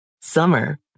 Summer